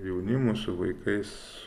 jaunimu su vaikais